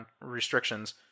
restrictions